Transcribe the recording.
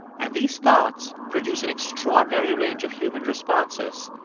and these thoughts produce an extraordinary range of human responses,